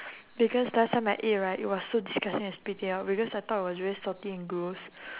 because last time I ate right it was so disgusting I spit it out because I thought it was really salty and gross